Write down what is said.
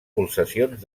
pulsacions